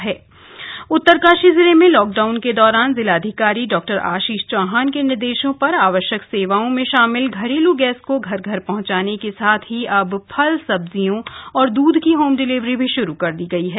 home delivery Uttarkashi ज़िले में lockdown के दौरान जिलाधिकारी डॉ आशीष चौहान के निर्देशों पर आवश्यक सेवाओं में शामिल घरेलू गैस को घर घर पहुॅचाने के साथ ही अब फल सब्जियों और दूध की होम डिलेवरी भी शुरू कर दी गई है